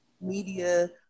media